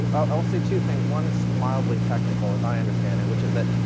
um i'll say two things, one's mildly technical, as i understand it, which is that,